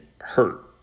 hurt